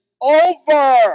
over